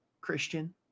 Christian